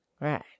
Right